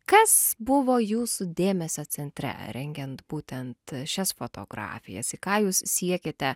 kas buvo jūsų dėmesio centre rengiant būtent šias fotografijas į ką jūs siekiate